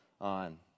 on